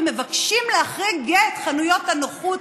ומבקשים להחריג את חנויות הנוחות,